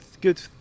good